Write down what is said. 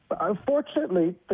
Unfortunately